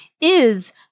is-